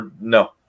No